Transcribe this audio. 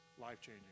life-changing